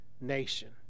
nation